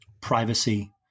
privacy